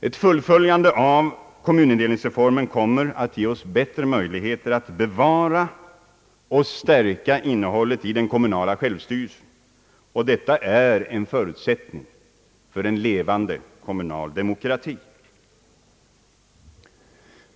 Ett fullföljande av kommunindelningsreformen kommer att ge oss bättre möjligheter att bevara och stärka innehållet i den kommunala självstyrelsen, och detta är en förutsättning för en levande kommunal demokrati.